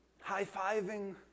high-fiving